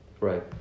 Right